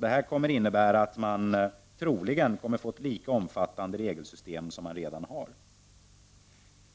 Det här kommer att innebära att man troligen måste ha ett lika omfattande regelsystem som det vi redan har.